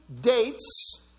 dates